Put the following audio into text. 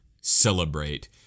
Celebrate